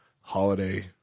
holiday